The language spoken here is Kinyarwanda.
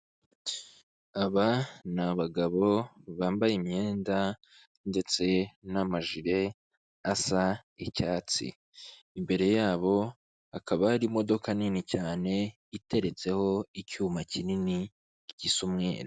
Aba ni abagabo bambaye imyenda ndetse n'amajire asa icyatsi, imbere yabo hakaba hari imodoka nini cyane iteretseho icyuma kinini gisa umweru.